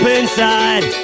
inside